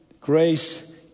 grace